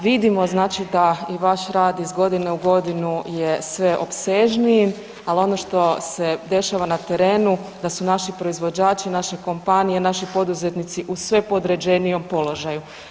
Vidimo znači da i vaš rad iz godine u godinu je sve opsežniji, ali ono što se dešava na terenu, da su naši proizvođači, naše kompanije, naši poduzetnici u sve podređenijem položaju.